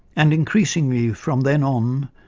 and, increasingly from then on,